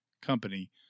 company